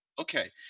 Okay